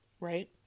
right